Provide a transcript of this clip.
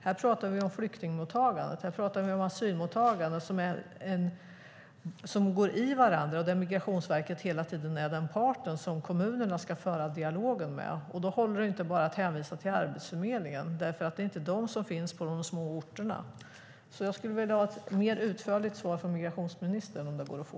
Här pratar vi om flyktingmottagande och om asylmottagande som går i varandra och där Migrationsverket hela tiden är den part som kommunerna ska föra en dialog med. Då håller det inte att bara hänvisa till Arbetsförmedlingen. Det är inte de som finns på de små orterna. Jag skulle vilja ha ett mer utförligt svar från migrationsministern, om det går att få.